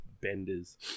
benders